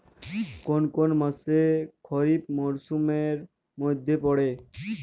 কোন কোন মাস খরিফ মরসুমের মধ্যে পড়ে?